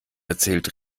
erzählt